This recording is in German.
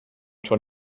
schon